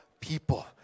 people